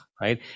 right